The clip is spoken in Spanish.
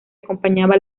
acompañaba